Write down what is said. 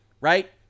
right